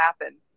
happen